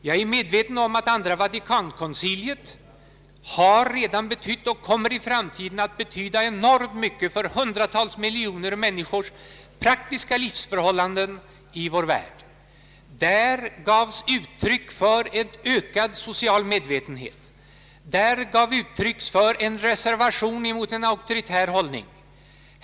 Jag är medveten om att andra Vatikankonciliet redan har betytt och även i framtiden kommer att betyda kolossalt mycket för hundratals miljoner människors livsförhållanden i vår värld. Där gavs uttryck för ett ökat socialt medvetande och för en reservation mot auktoritär hållning.